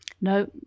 No